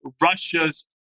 Russia's